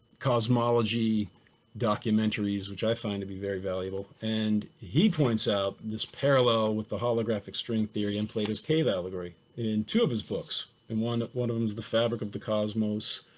cosmology documentaries which i find to be very valuable. and he points out this parallel with the holographic string theory in plato's cave allegory in two of his books. and one of one of them is the fabric of the cosmos.